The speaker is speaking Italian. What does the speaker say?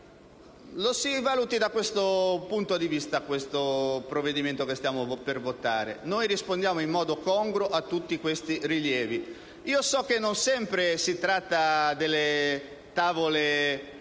Si valuti da questo punto di vista il provvedimento che stiamo per votare: rispondiamo in modo congruo a tutti questi rilievi. So che non sempre si tratta delle tavole